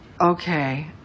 okay